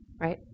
right